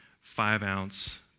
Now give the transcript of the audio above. five-ounce